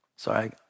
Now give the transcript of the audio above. Sorry